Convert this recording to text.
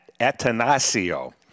Atanasio